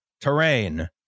terrain